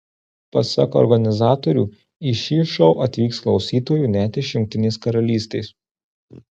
pasak organizatorių į šį šou atvyks klausytojų net iš jungtinės karalystės